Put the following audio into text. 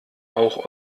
auch